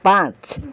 पाँच